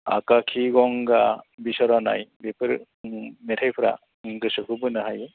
आकाखि गंगा बिस'रानाय बेफोर मेथाइफोरा गोसोखौ बोनो हायो